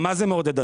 מה זה מעודד.